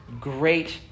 great